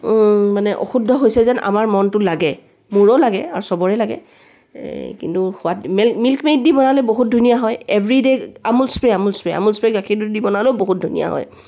মানে অশুদ্ধ হৈছে যেন আমাৰ মনটো লাগে মোৰো লাগে আৰু চবৰে লাগে এই কিন্তু সোৱাদ মিল্ক মেইড দি বনালে বহুত ধুনীয়া হয় everyday Amul spray Amul spray Amul spray গাখীৰটো দি বনালেও বহুত ভাল হয়